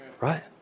right